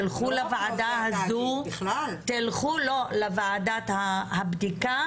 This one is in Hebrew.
תלכו לוועדה הזו --- לא רק לוועדה הזו,